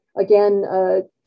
Again